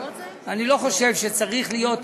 אני לא חושב שצריך להיות,